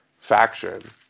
faction